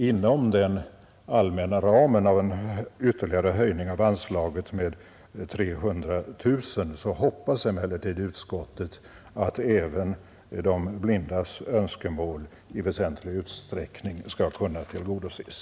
Inom den allmänna ramen av en ytterligare höjning av anslaget med 300 000 kronor hoppas emellertid utskottet att även de blindas önskemål i väsentlig utsträckning skall kunna tillgodoses.